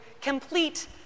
complete